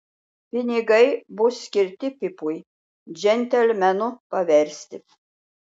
pinigai bus skirti pipui džentelmenu paversti